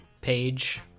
page